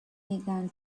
began